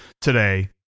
today